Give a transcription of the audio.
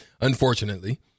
unfortunately